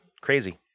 Crazy